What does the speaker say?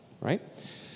right